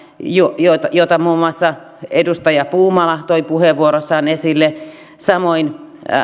jota jota muun muassa edustaja puumala toi puheenvuorossaan esille samoin